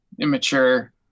immature